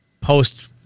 post